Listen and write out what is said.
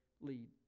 lead